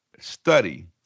study